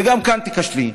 וגם כאן תיכשלי.